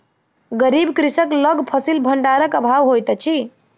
गरीब कृषक लग फसिल भंडारक अभाव होइत अछि